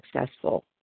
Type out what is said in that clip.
successful